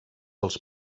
els